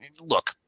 look